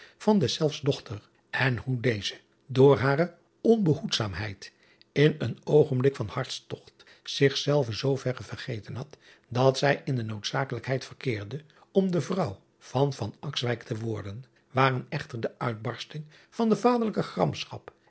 van deszelfs dochter en hoe deze door hare onbehoedzaamheid in een oogenblik van hartstogt zichzelve zooverre vergeten had dat zij in de noodzakelijkheid verkeerde om de vrouw van te worden waren echter de uitbarsting van de vaderlijke